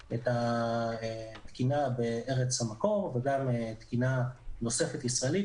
יש את התקינה בארץ המקור וגם תקינה נוספת ישראלית,